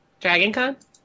DragonCon